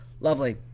lovely